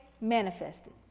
manifested